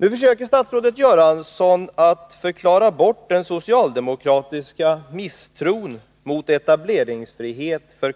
Nu försöker statsrådet Göransson att förklara bort den socialdemokratiska misstron mot etableringsfrihet för